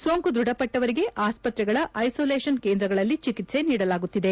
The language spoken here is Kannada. ಸೋಂಕು ದೃಢಪಟ್ಟವರಿಗೆ ಆಸ್ಪತ್ರೆಗಳ ಐಸೋಲೇಷನ್ ಕೇಂದ್ರಗಳಲ್ಲಿ ಚಿಕಿತ್ಸೆ ನೀಡಲಾಗುತ್ತದೆ